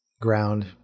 ground